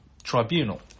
tribunal